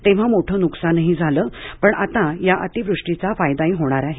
तेव्हा मोठे नुकसानही झाले पण आता या अतिवृष्टीचा फायदाही होणार आहे